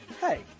Hey